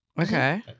okay